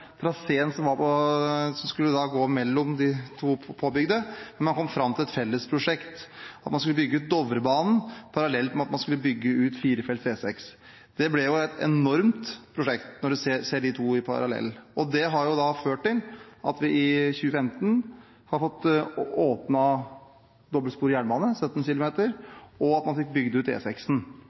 traseen som skulle gå mellom de to påbygde, men man kom fram til et felles prosjekt – man skulle bygge ut Dovrebanen parallelt med at man skulle bygge ut firefelts E6. Det ble et enormt prosjekt, når en ser de to parallelt. Det har ført til at vi i 2015 har fått åpnet dobbeltsporet jernbane, 17 km, og at man fikk bygd ut